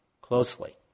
closely